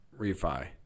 refi